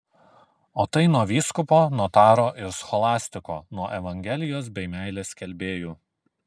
o tai nuo vyskupo notaro ir scholastiko nuo evangelijos bei meilės skelbėjų